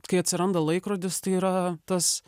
kai atsiranda laikrodis tai yra tas